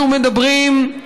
אנחנו מדברים,